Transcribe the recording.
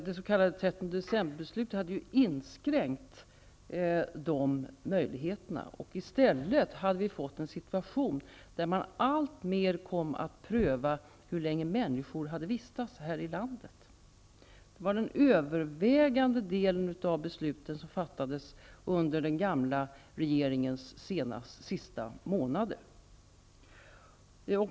Det s.k. 13 december-beslutet hade ju inskränkt de möjligheterna. I stället fick vi en situation där man alltmer kom att pröva hur länge människor hade vistats här i landet. Så var det med en övervägande del av de beslut som fattades under den gamla regeringens sista månader.